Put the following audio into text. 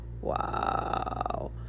wow